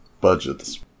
budgets